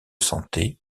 santé